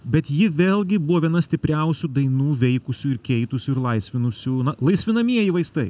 bet ji vėlgi buvo viena stipriausių dainų veikusių ir keitusių ir laisvinusių na laisvinamieji vaistai